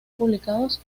publicados